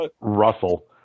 Russell